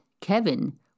Kevin